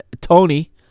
Tony